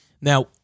Now